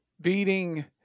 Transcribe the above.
beating